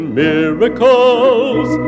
miracles